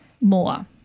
more